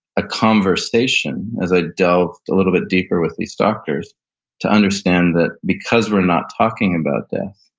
a conversation as i delved a little bit deeper with these doctors to understand that because we're not talking about death,